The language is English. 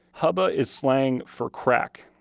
hubba is slang for crack,